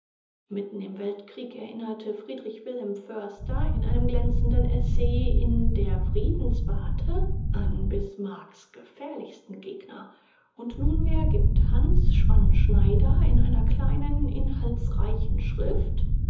mitten im weltkrieg erinnerte friedr wilh förster in einem glänzenden essay in der friedenswarte an bismarcks gefährlichsten gegner und nunmehr gibt hans schwann-schneider in einer kleinen inhaltsreichen schrift